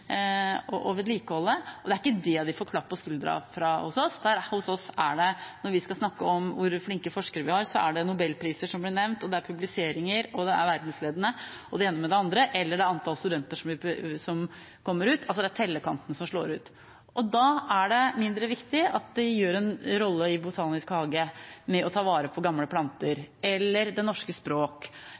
å vedlikeholde. Det er ikke dét de får klapp på skulderen for hos oss. Når vi skal snakke om hvor flinke forskere vi har, er det nobelpriser som blir nevnt, det er publiseringer, og det er verdensledende, det ene med det andre, eller det er antallet studenter som kommer ut – det er altså tellekanten som slår ut. Da er det mindre viktig at de har en rolle i Botanisk hage med å ta vare på gamle planter, eller det norske språk